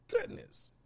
goodness